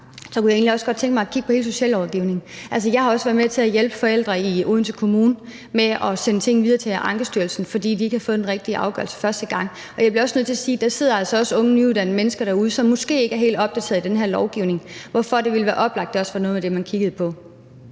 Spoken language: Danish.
Så kunne jeg egentlig godt tænke mig at kigge på hele socialrådgivningen. Altså, jeg har også været med til at hjælpe forældre i Odense Kommune med at sende ting videre til Ankestyrelsen, fordi de ikke havde fået den rigtige afgørelse første gang, og jeg bliver også nødt til at sige, at der altså også sidder unge nyuddannede mennesker derude, som måske ikke er helt opdateret i den her lovgivning, hvorfor det ville være oplagt, at det også var noget af det, man kiggede på.